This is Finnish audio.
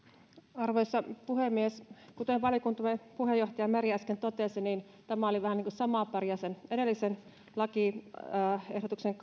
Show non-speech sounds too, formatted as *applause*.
arvoisa puhemies kuten valiokuntamme puheenjohtaja meri äsken totesi tämä oli vähän samaa paria sen edellisen lakiehdotuksen *unintelligible*